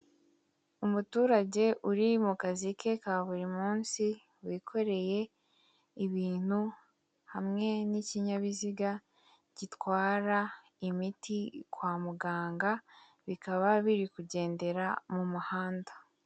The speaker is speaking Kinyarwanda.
Umuturage uri mu kazi ke ka buri munsi wikoreye ibintu hamwe n'ikinyabiziga gitwara imiti kwa muganga bikaba biri kugendera mu muhanda